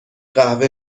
قهوه